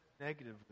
negatively